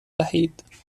دهید